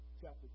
chapter